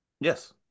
Yes